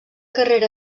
carrera